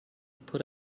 put